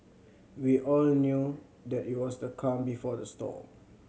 we all knew that it was the calm before the storm